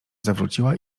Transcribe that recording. zawróciła